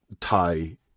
tie